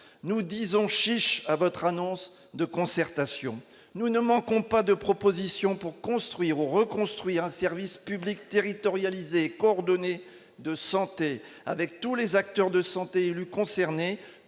nous disons chiche à votre annonce de concertation, nous ne manquons pas de propositions pour construire ou reconstruire un service public territorialisée coordonnées de santé avec tous les acteurs de santé le concerné